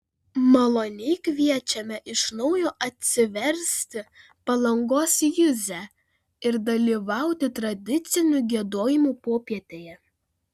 maloniai kviečiame iš naujo atsiversti palangos juzę ir dalyvauti tradicinių giedojimų popietėje